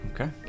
Okay